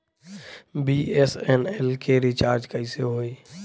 BSNL के recharge कैसे होयी?